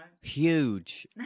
huge